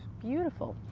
beautiful.